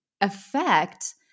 affect